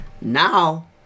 Now